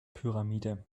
pyramide